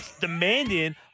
demanding